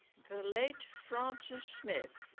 the late francis smith,